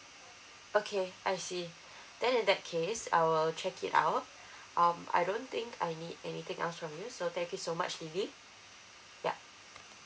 okay I see then in that case I will check it out um I don't think I need anything else from you so thank you so much lily ya